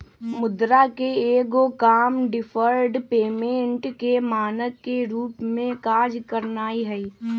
मुद्रा के एगो काम डिफर्ड पेमेंट के मानक के रूप में काज करनाइ हइ